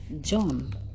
John